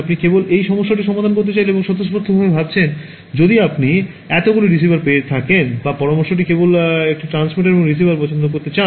আপনি কেবল এই সমস্যাটি সমাধান করতে চাইলে এবং স্বতঃস্ফূর্তভাবে ভাবছেন যদি আপনি এতগুলি রিসিভার পেয়ে থাকেন বা পরামর্শটি কেবল একটি ট্রান্সমিটার এবং রিসিভার পছন্দ করতে চান